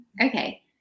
Okay